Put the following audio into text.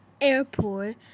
Airport